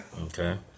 Okay